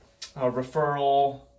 referral